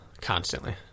constantly